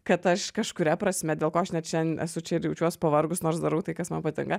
kad aš kažkuria prasme dėl ko aš net šen esu čia ir jaučiuos pavargus nors darau tai kas man patinka